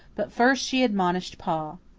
but first she admonished pa.